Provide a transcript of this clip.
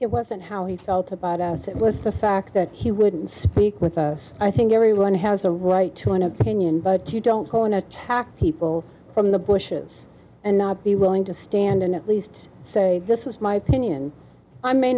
it wasn't how he felt about us it was the fact that he wouldn't speak with us i think everyone has a right to an opinion but you don't go in attack people from the bushes and not be willing to stand and at least say this was my opinion i may